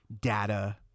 data